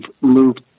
moved